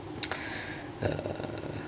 err